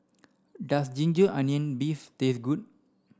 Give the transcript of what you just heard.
does ginger onion beef taste good